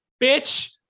Bitch